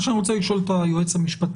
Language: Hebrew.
מה שאני רוצה לשאול את היועץ המשפטי,